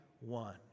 one